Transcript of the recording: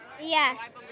Yes